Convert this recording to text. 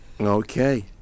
Okay